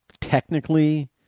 technically